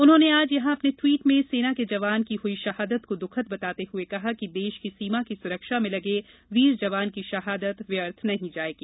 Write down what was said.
उन्होंने आज यहां अपने ट्वीट में सेना के जवान की हुई शहादत को दुःखद बताते हुए कहा है कि देश की सीमा की सुरक्षा में लगे वीर जवान की शहादत व्यर्थ नहीं जायेगी